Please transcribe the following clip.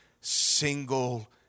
single